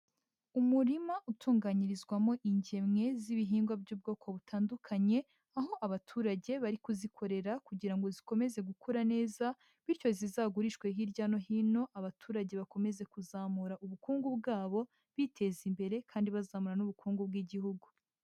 Umurima utunganyirizwamo ingemwe z'ibihingwa by'ubwoko butandukanye, aho abaturage bari kuzikorera kugira ngo zikomeze gukura neza, bityo zizagurishwe hirya no hino abaturage bakomeze kuzamura ubukungu bwabo, biteza imbere kandi bazamura n'ubukungu bw'Igihugu.